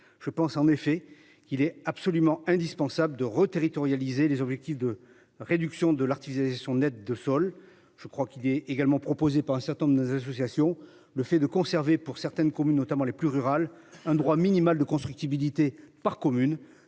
je pense en effet qu'il est absolument indispensable de reterritorialisation les objectifs de réduction de l'artisanat et son aide de sol. Je crois qu'il est également proposée par un certain nombre de nos associations. Le fait de conserver pour certaines communes, notamment les plus rurales un droit minimal de constructibilité par commune.